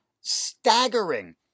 staggering